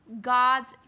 God's